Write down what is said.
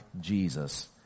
Jesus